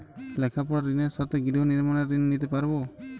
লেখাপড়ার ঋণের সাথে গৃহ নির্মাণের ঋণ নিতে পারব?